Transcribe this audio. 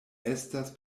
estas